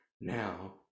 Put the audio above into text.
now